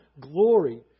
glory